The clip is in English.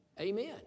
Amen